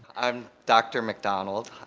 i am dr mcdonald,